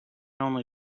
only